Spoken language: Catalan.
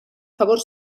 favor